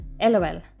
lol